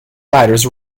writers